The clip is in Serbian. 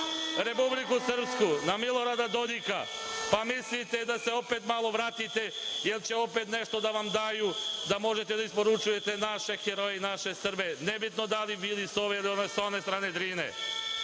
Republiku Srpsku, na Milorada Dodika, pa mislite da se opet malo vratite, jer će opet nešto da vam daju da možete da isporučujete naše heroje i naše Srbe, nebitno da li bili sa ove ili one strane Drine.